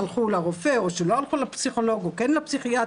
הלכו לרופא או שלא הלכו לפסיכולוג או כן לפסיכיאטר,